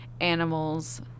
animals